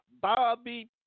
Bobby